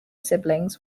siblings